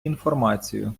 інформацію